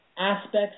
Aspects